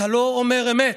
אתה לא אומר אמת.